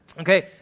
Okay